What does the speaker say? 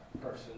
person